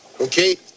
Okay